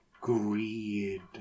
greed